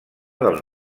del